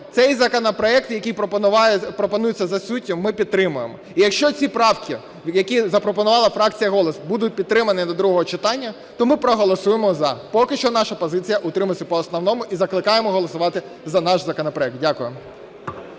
цей законопроект, який пропонується, за суттю ми підтримуємо. І якщо ці правки, які запропонувала фракція "Голос" будуть підтримані до другого читання, то ми проголосуємо "за". Поки що наша позиція утриматися по основному і закликаємо голосувати за наш законопроект. Дякую.